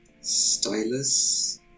Stylus